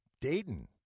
Dayton